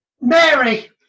Mary